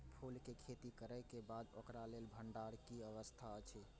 फूल के खेती करे के बाद ओकरा लेल भण्डार क कि व्यवस्था अछि?